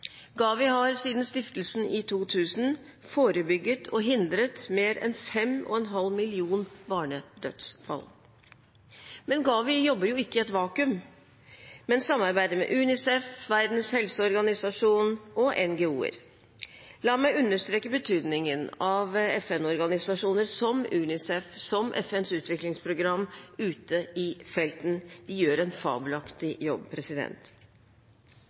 GAVI har siden stiftelsen i 2000 forebygget og hindret mer enn 5,5 millioner barnedødsfall. GAVI jobber imidlertid ikke i et vakuum, men samarbeider med UNICEF, Verdens helseorganisasjon og NGO-er. La meg understreke betydningen av FN-organisasjoner som UNICEF og FNs utviklingsprogram ute i felten – de gjør en fabelaktig jobb.